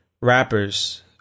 rappers